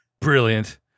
Brilliant